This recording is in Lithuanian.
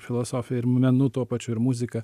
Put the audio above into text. filosofija ir menu tuo pačiu ir muzika